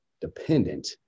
dependent